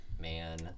man